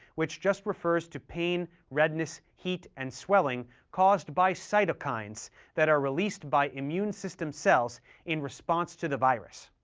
which just refers to pain, redness, heat, and swelling caused by cytokines that are released by immune system cells in response to the virus.